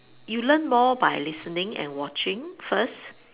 you learn more by listening and watching first